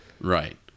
Right